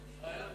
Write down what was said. אני.